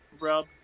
rub